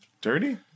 Dirty